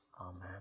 Amen